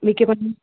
మీకు ఏమన్న